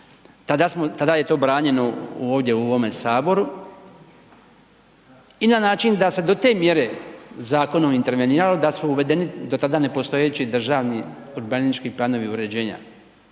Tada je to branjeno ovdje u ovome Saboru i na način da se to te mjere zakonom interveniralo da su uvedeni do tada ne postojeći državni urbanistički planovi uređenja